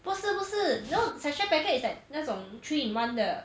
不是不是 you know sachet packet is like 那种 three in one 的